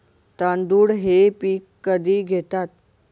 तांदूळ हे पीक कधी घेतात?